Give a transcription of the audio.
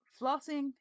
Flossing